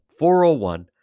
401